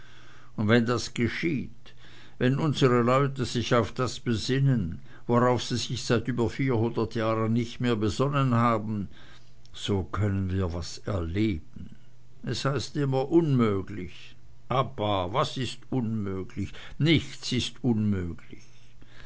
und wenn das geschieht wenn unsre leute sich auf das besinnen worauf sie sich seit über vierhundert jahren nicht mehr besonnen haben so können wir was erleben es heißt immer unmöglich ah bah was ist unmöglich nichts ist unmöglich